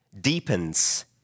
deepens